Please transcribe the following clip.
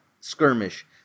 skirmish